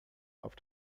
auf